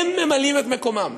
הם ממלאים את מקומם.